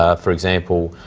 ah for example,